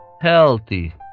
healthy